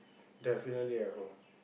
definitely at home